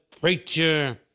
preacher